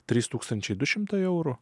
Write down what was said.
trys tūkstančiai du šimtai eurų